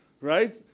right